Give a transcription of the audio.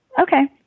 Okay